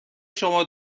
شما